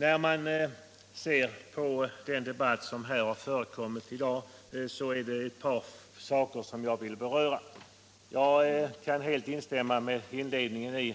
Jag vill beröra ett par saker som sagts i den debatt som förts i dag. Jag kan helt instämma i inledningen av